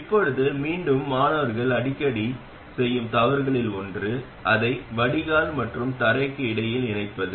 இப்போது மீண்டும் மாணவர்கள் அடிக்கடி செய்யும் தவறுகளில் ஒன்று அதை வடிகால் மற்றும் தரைக்கு இடையில் இணைப்பது